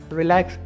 relax